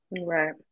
Right